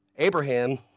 Abraham